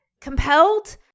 compelled